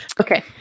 Okay